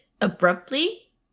abruptly